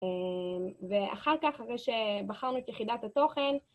ואחר כך אחרי שבחרנו את יחידת התוכן